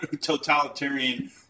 totalitarian